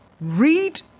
Read